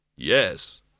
Yes